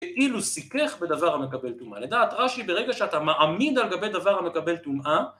כאילו סיכך בדבר המקבל טומאה, לדעת רש"י ברגע שאתה מעמיד על גבי דבר המקבל טומאה